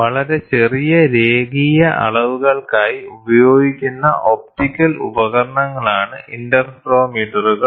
വളരെ ചെറിയ രേഖീയ അളവുകൾക്കായി ഉപയോഗിക്കുന്ന ഒപ്റ്റിക്കൽ ഉപകരണങ്ങളാണ് ഇന്റർഫെറോമീറ്ററുകൾ